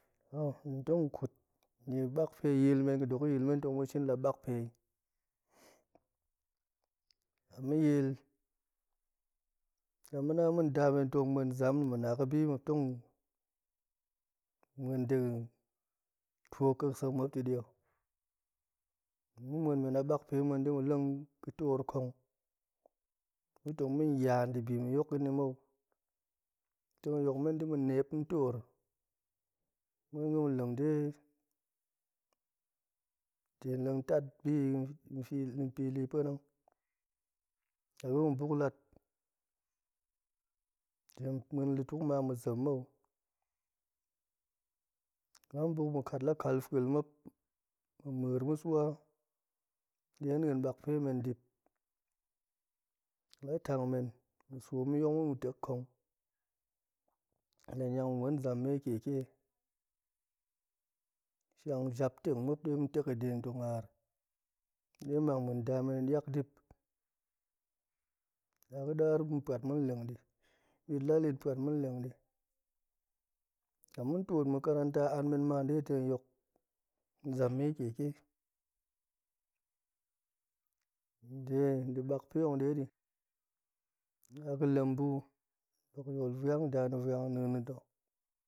Hen tong ƙut la bakpe din yil men ga̱ dok de tong ma̱ shin la bak pei, la ma̱ yil la ma̱na ma̱ nda men tong muan zam no ma̱na ga̱bi muap tong muan dei tuo ƙa̱a̱t sek ma̱p ti din ho, tong ma̱ muan men a bak pe ma̱ muan ga̱ma̱ leng men ga̱ toor kong ba̱tong ma̱ yaa debi ma̱ yok ni mou tong yokmen da̱ma̱ niep toor muan de ma̱ leng de muan tat bi fili pa̱nang, la ga̱ ma̱ buklat dega̱ muan lutuk ma ma̱ zem mou la ma̱ buk ma̱ kat la kal fuel ma̱p ma̱ ma̱r ma̱ swa, dedin bakpe men dip ma̱p la tang men ma̱ swo ma̱ yok dema̱ tek kong la niang ma̱ muan zam maikeke, shang jap teng ma̱p de ma̱tek dega̱ tong haar de mang ma̱ nda men diak dip daga̱dar ma̱ pa̱t ma̱ leng di bit lalin pa̱t ma̱ leng di, la ma̱ tiot makaranta ma anmen ma de dega̱ yok zam maikeke nde debakpe hok dedi a ga̱ lembu dok yo vuang nda vuang nien na̱to,